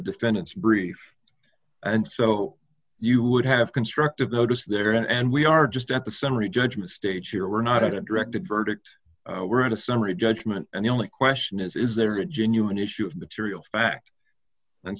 defendant's brief and so you would have constructive notice there and we are just at the summary judgment stage here we're not a directed verdict we're at a summary judgment and the only question is is there a genuine issue of material fact and